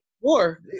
War